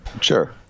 sure